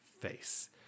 face